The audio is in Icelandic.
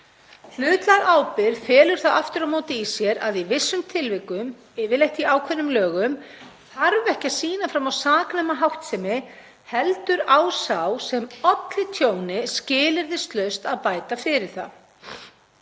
Hlutlæg ábyrgð felur aftur á móti í sér að í vissum tilvikum, yfirleitt í ákveðnum lögum, þarf ekki að sýna fram á saknæma háttsemi heldur á sá sem olli tjóni skilyrðislaust að bæta fyrir það.